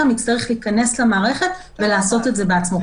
יצטרך להיכנס למערכת ולעשות את זה בעצמו.